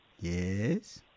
Yes